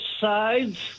sides